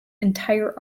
entire